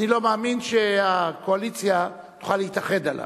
אני לא מאמין שהקואליציה תוכל להתאחד סביבו,